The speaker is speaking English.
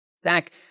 Zach